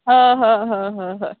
हं हं हं हं हं